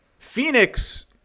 Phoenix